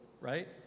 right